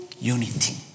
unity